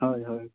ᱦᱳᱭ ᱦᱳᱭ